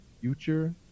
future